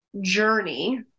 journey